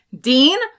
Dean